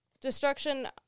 destruction